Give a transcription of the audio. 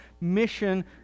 mission